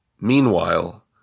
Meanwhile